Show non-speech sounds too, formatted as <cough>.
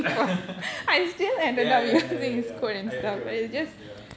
<laughs> ya ya ya ya ya I I get what you mean ya